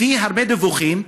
לפי הרבה דיווחים,